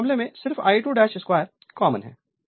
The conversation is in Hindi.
तो इस मामले में सिर्फ I2 2 कॉमन है